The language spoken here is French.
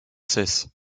cesse